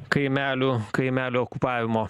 kaimelių kaimelių okupavimo